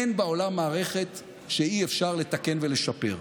אין בעולם מערכת שאי-אפשר לתקן ולשפר.